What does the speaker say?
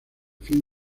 fin